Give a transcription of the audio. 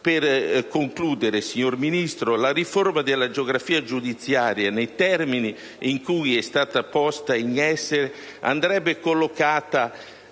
In conclusione, signora Ministro, la riforma della geografia giudiziaria nei termini in cui è stata posta in essere andrebbe collocata,